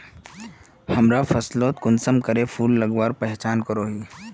हमरा फसलोत कुंसम करे फूल लगवार पहचान करो ही?